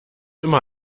immer